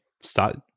start